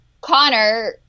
Connor